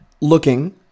looking